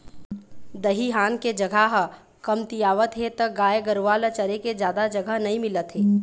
दइहान के जघा ह कमतियावत हे त गाय गरूवा ल चरे के जादा जघा नइ मिलत हे